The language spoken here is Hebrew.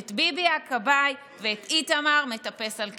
את "ביבי הכבאי" ואת "איתמר מטפס על קירות".